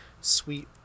sweet